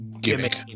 gimmick